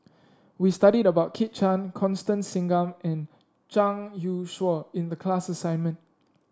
we studied about Kit Chan Constance Singam and Zhang Youshuo in the class assignment